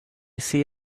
see